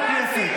חברי הכנסת,